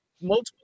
multiple